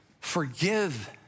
forgive